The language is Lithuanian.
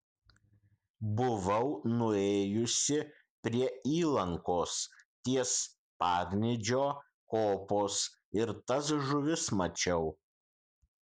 buvau nuėjusi prie įlankos ties parnidžio kopos ir tas žuvis mačiau